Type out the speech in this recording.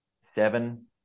seven